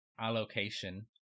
allocation